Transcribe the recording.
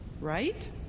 Right